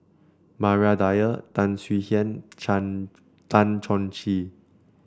Maria Dyer Tan Swie Hian Chan Tan Chong Tee